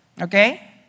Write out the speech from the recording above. Okay